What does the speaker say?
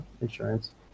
insurance